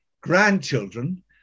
grandchildren